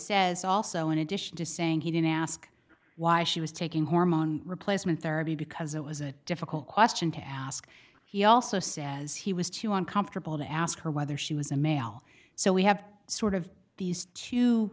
says also in addition to saying he didn't ask why she was taking hormone replacement therapy because it was a difficult question to ask he also says he was too uncomfortable to ask her whether she was a male so we have sort of these two